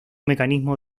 mecanismo